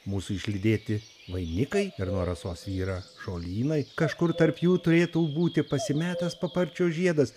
mūsų išlydėti vainikai ir nuo rasos yra žolynai kažkur tarp jų turėtų būti pasimetęs paparčio žiedas